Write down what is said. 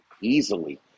easily